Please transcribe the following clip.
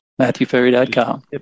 Matthewferry.com